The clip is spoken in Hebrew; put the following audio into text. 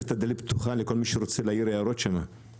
את הדלת פתוחה לכל מי שרוצה להעיר הערות שם,